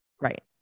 Right